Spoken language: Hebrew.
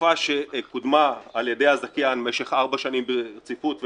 חלופה שקודמה על ידי הזכיין במשך ארבע שנים ברציפות,